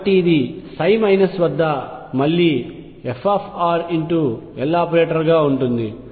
కాబట్టి ఇది మైనస్ వద్ద మళ్లీ fLoperator గా ఉంటుంది